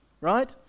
right